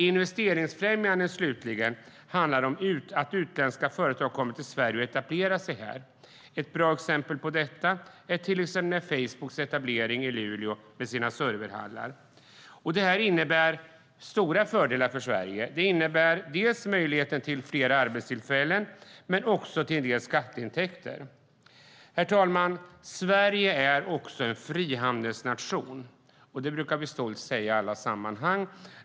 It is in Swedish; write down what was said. Investeringsfrämjandet handlar om att utländska företag kommer till Sverige och etablerar sig här. Ett bra exempel på det är Facebooks etablering i Luleå, alltså placeringen av deras serverhallar där. Det innebär stora fördelar för Sverige. Det ger dels arbetstillfällen, dels en del skatteintäkter. Herr talman! Sverige är en frihandelsnation, vilket vi stolt brukar nämna i olika sammanhang.